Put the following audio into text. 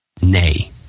Nay